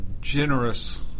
generous